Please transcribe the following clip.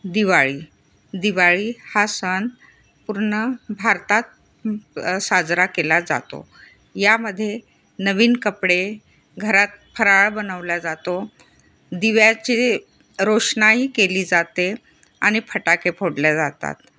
दिवाळी दिवाळी हा सण पूर्ण भारतात साजरा केला जातो यामध्ये नवीन कपडे घरात फराळ बनवल्या जातो दिव्याची रोशनाई केली जाते आणि फटाके फोडल्या जातात